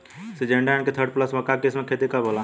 Syngenta NK thirty plus मक्का के किस्म के खेती कब होला?